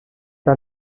par